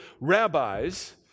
rabbis